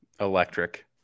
electric